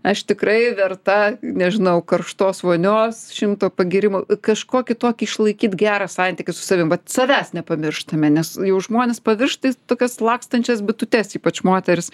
aš tikrai verta nežinau karštos vonios šimto pagyrimų kažkokį tokį išlaikyt gerą santykį su savim vat savęs nepamirštame nes jau žmonės paviršta į tokias lakstančias bitutes ypač moterys